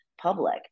public